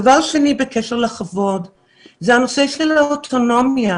דבר שני בקשר לכבוד זה הנושא של האוטונומיה